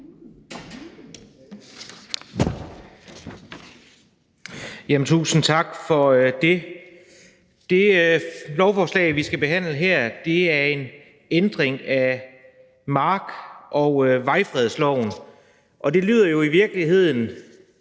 Tusind tak for det. Det lovforslag, vi skal behandle her, er en ændring af mark- og vejfredsloven, og det lyder jo i virkeligheden